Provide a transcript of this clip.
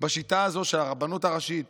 בשיטה הזו שהרבנות הראשית